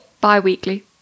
Bi-weekly